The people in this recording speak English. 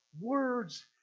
words